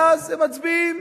ואז הם מצביעים,